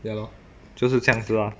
ya lor 就是这样子 lah